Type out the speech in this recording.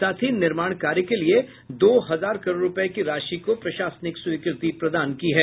साथ ही निर्माण कार्य के लिए दो हजार करोड़ रुपए की राशि को प्रशासनिक स्वीकृति दे दी है